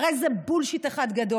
הרי זה בולשיט אחד גדול,